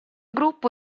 gruppo